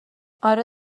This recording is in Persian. آره